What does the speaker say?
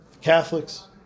Catholics